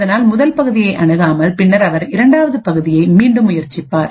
அதனால் முதல் பகுதியை அணுகாமல் பின்னர் அவர் இரண்டாவது பகுதியை மீண்டும் முயற்சிப்பார்